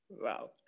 Wow